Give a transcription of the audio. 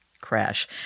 crash